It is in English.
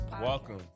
Welcome